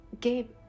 Gabe